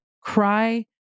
cry